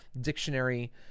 Dictionary